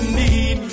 need